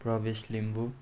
प्रवेश लिम्बु